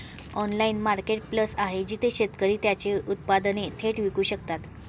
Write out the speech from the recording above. Online marketplace आहे जिथे शेतकरी त्यांची उत्पादने थेट विकू शकतात?